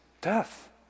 death